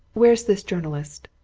where's this journalist?